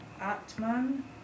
Atman